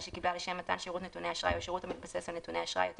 שקיבלה לשם מתן שירות נתוני אשראי או שירות המתבסס על נתוני אשראי יותר